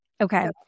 okay